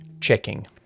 checking